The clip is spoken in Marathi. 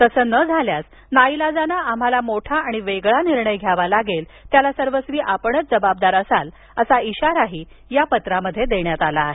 तसं न झाल्यास नाईलाजानं आम्हाला मोठा आणि वेगळा निर्णय घ्यावा लागेल त्याला सर्वस्वी आपणच जबाबदार रहाल असा इशाराही या पत्रात देण्यात आला आहे